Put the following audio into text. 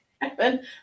happen